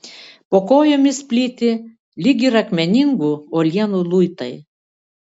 po kojomis plyti lyg ir akmeningų uolienų luitai